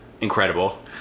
Incredible